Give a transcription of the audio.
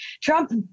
Trump